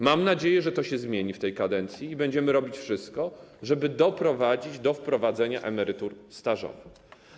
Mam nadzieję, że to się zmieni w tej kadencji, i będziemy robić wszystko, żeby doprowadzić do wprowadzenia emerytur stażowych.